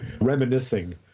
reminiscing